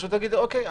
פשוט אגיד: אוקיי,